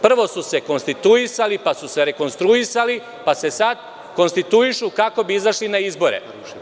Prvo su se konstituisali, pa su se rekonstruisali, pa se sada konstituišu kako bi izašli na izbore.